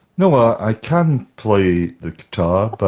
no, i can play the guitar, but